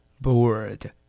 bored